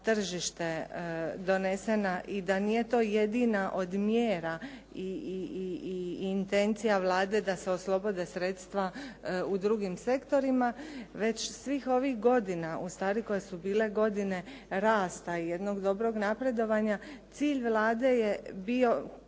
tržište donesena i da nije to jedina od mjera i intencija Vlade da se oslobode sredstva u drugim sektorima već svih ovih godina ustvari koje su bile godine rasta i jednog dobrog napredovanja cilj Vlade je bio